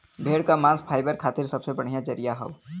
भेड़ क मांस फाइबर खातिर सबसे बढ़िया जरिया हौ